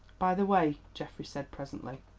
by the way, geoffrey said presently,